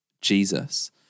Jesus